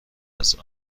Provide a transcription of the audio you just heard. است